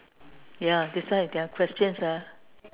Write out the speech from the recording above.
ya that's why their questions ah